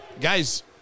Guys